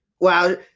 Wow